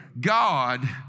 God